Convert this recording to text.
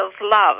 love